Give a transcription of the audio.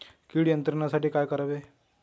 कीड नियंत्रणासाठी काय करावे?